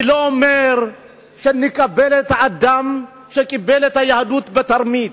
אני לא אומר שנקבל אדם שקיבל את היהדות בתרמית,